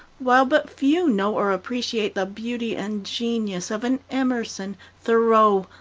while but few know or appreciate the beauty and genius of an emerson, thoreau,